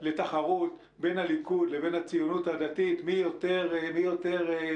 לתחרות בין הליכוד לבין הציונות הדתית מי יותר ימני